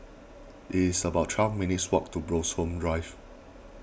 it is about twelve minutes' walk to Bloxhome Drive